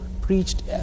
preached